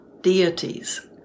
deities